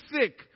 sick